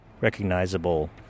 recognizable